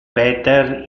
peter